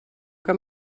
que